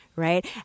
Right